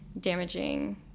damaging